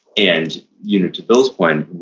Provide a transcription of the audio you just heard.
and you know to bill's point,